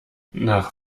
nach